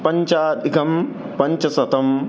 पञ्चाधिकं पञ्चशतम्